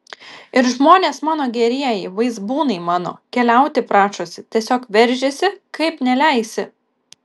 ir žmonės mano gerieji vaizbūnai mano keliauti prašosi tiesiog veržiasi kaip neleisi